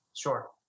Sure